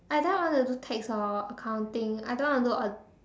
either I want to do tax or accounting I don't want to do au~